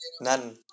None